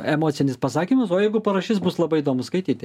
emocinis pasakymas o jeigu parašys bus labai įdomu skaityti